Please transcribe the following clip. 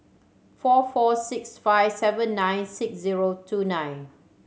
four four six five seven nine six zero two nine